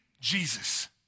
Jesus